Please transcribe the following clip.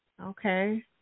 Okay